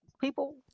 people